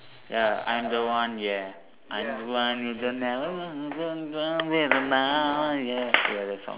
ya I am the one yeah I am the one ya that song